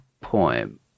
poem